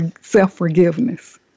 self-forgiveness